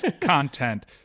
content